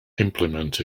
implement